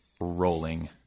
rolling